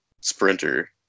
sprinter